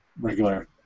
regular